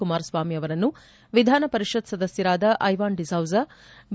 ಕುಮಾರಸ್ವಾಮಿ ಅವರನ್ನು ವಿಧಾನಪರಿಷತ್ ಸದಸ್ಯರಾದ ಐವಾನ್ ದಿಸೋಜಾ ಬಿ